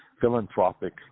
philanthropic